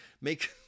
make